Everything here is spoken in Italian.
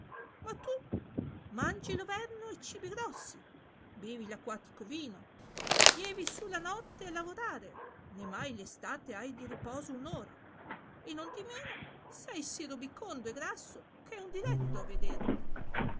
ma tu mangi lo verno e cibi grossi bovi l'acquatico vino lievi su la notte a lavorare né mai lo state hai di riposo un'ora e nondimeno sei sì robicondo e grasso che é un diletto a vederti